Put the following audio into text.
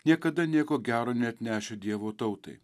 niekada nieko gero neatnešę dievo tautai